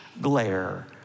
glare